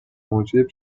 موجب